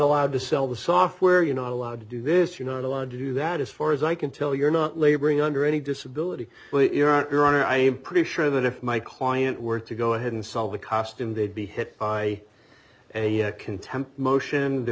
allowed to sell the software you not allowed to do this you're not allowed to do that as far as i can tell you're not laboring under any disability your honor i am pretty sure that if my client were to go ahead and sell the cost and they'd be hit by a contempt motion there